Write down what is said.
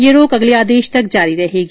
यह रोक अगले आदेश तक जारी रहेगी